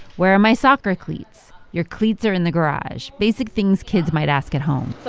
where are my soccer cleats? your cleats are in the garage basic things kids might ask at home